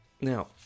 Now